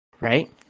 right